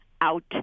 out